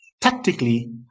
tactically